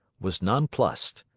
was nonplussed.